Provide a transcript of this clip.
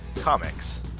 Comics